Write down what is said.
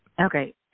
Okay